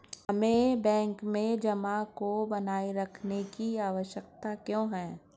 हमें बैंक में जमा को बनाए रखने की आवश्यकता क्यों है?